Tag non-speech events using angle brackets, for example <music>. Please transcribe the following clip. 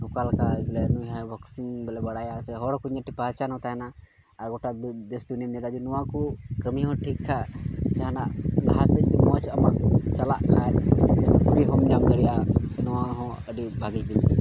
ᱱᱚᱝᱠᱟ ᱞᱮᱠᱟ ᱵᱚᱞᱮ ᱱᱩᱭ ᱦᱚᱸ ᱵᱚᱠᱥᱤᱝ ᱵᱚᱞᱮ ᱵᱟᱲᱟᱭᱟ ᱥᱮ ᱦᱚᱲ ᱠᱚᱴᱷᱮᱱ ᱩᱱᱤᱭᱟᱜ ᱯᱮᱦᱪᱟᱱ ᱦᱚᱸ ᱛᱟᱦᱮᱱᱟ ᱟᱨ ᱜᱳᱴᱟ ᱫᱮᱥ ᱫᱩᱱᱤᱭᱟᱹ ᱱᱚᱣᱟ ᱠᱚ ᱠᱟᱹᱢᱤ ᱦᱚᱸ ᱴᱷᱤᱠ ᱴᱷᱟᱠ ᱡᱟᱦᱟᱱᱟᱜ ᱞᱟᱦᱟ ᱥᱮᱫ ᱢᱚᱡᱽ ᱟᱢᱟᱜ ᱪᱟᱞᱟᱜ ᱠᱷᱟᱡ <unintelligible> ᱱᱚᱣᱟ ᱦᱚᱸ ᱟᱹᱰᱤ ᱵᱷᱟᱜᱮ ᱡᱤᱱᱤᱥ ᱠᱟᱱᱟ